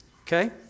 okay